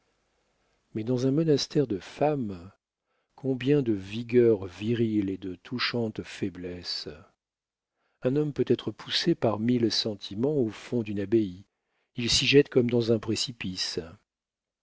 mais dans un monastère de femmes combien de vigueur virile et de touchante faiblesse un homme peut être poussé par mille sentiments au fond d'une abbaye il s'y jette comme dans un précipice